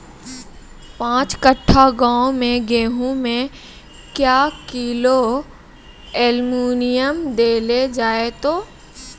पाँच कट्ठा गांव मे गेहूँ मे क्या किलो एल्मुनियम देले जाय तो?